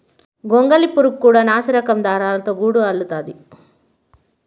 గొంగళి పురుగు కూడా నాసిరకం దారాలతో గూడు అల్లుతాది